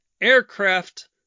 Aircraft